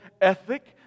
ethic